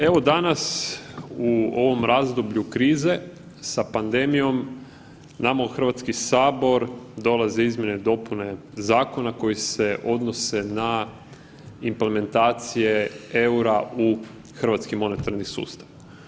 Evo danas u ovom razdoblju krize sa pandemijom nama u Hrvatski sabor dolaze izmjene i dopune zakona koji se odnose na implementacije eura u hrvatski monetarni sustav.